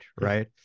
right